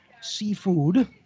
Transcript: Seafood